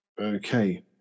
Okay